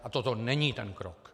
A toto není ten krok.